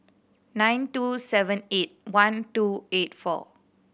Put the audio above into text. nine two seven eight one two eight four